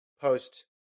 post